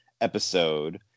episode